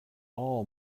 all